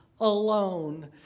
alone